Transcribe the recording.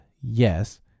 yes